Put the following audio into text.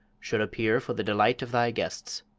should appear for the delight of thy guests.